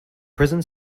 prison